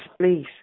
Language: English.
please